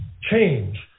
change